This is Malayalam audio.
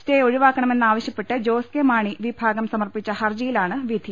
സ്റ്റേ ഒഴിവാക്കണമെ ന്നവശ്യപ്പെട്ട് ജോസ് കെ മാണി വിഭാഗം സമർപ്പിച്ച ഹർജിയി ലാണ് വിധി